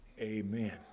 Amen